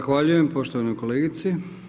Zahvaljujem poštovanoj kolegici.